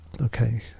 Okay